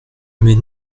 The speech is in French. mais